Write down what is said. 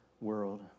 world